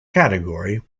category